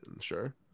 Sure